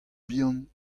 bihan